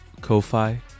Ko-Fi